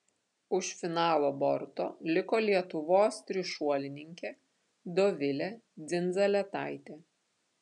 už finalo borto liko lietuvos trišuolininkė dovilė dzindzaletaitė